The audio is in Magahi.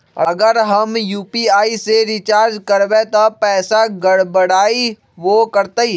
अगर हम यू.पी.आई से रिचार्ज करबै त पैसा गड़बड़ाई वो करतई?